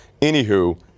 Anywho